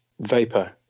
vapor